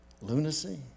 Lunacy